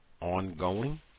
ongoing